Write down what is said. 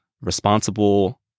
responsible